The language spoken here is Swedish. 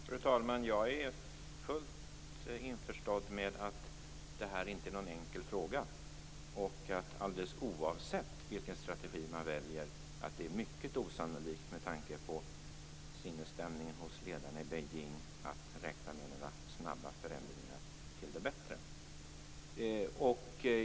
Fru talman! Jag är helt införstådd med att det här inte är någon enkel fråga och att det, alldeles oavsett vilken strategi man väljer, är mycket osannolikt att räkna med några snabba förändringar till det bättre, med tanke på sinnesstämningen hos ledarna i Beijing.